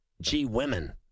G-women